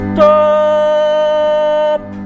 Stop